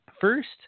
First